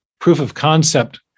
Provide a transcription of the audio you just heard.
proof-of-concept